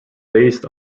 based